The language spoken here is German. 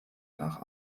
nach